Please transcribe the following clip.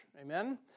Amen